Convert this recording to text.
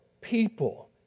people